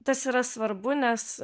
tas yra svarbu nes